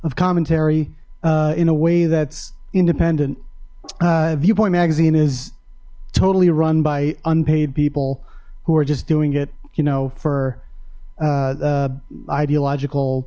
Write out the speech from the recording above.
of commentary in a way that's independent viewpoint magazine is totally run by unpaid people who are just doing it you know for ideological